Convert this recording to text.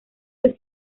del